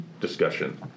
discussion